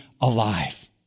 alive